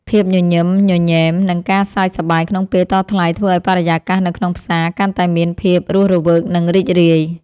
ភាពញញឹមញញែម និងការសើចសប្បាយក្នុងពេលតថ្លៃធ្វើឱ្យបរិយាកាសនៅក្នុងផ្សារកាន់តែមានភាពរស់រវើកនិងរីករាយ។